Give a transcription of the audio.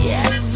Yes